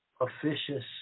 officious